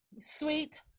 sweet